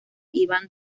iván